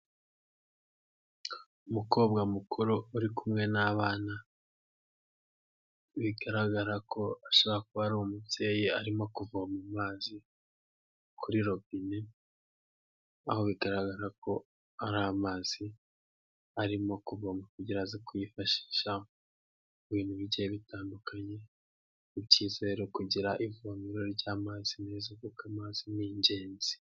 Umukobwa mukuru uri kumwe n'abana bigaragara ko ashobora kuba ari umubyeyi arimo kuvoma amazi kuri robine, aho bigaragara ko ari amazi arimo kuvoma kugira aze kuyifashisha mu bintu bigiye bitandukanye, ni byiza rero kugira ivomero ry'amazi meza kuko amazi ni ingenzi.